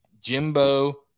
Jimbo